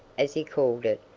as he called it,